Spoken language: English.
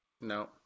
no